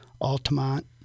Altamont